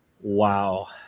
Wow